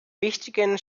wichtigen